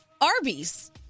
Arby's